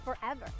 forever